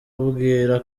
ubwira